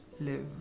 live